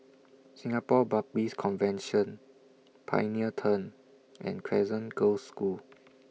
Singapore Baptist Convention Pioneer Turn and Crescent Girls' School